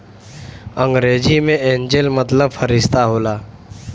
अंग्रेजी मे एंजेल मतलब फ़रिश्ता होला